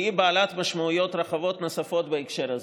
והיא בעלת משמעויות רחבות נוספות בהקשר הזה.